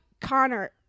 Connor